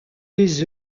les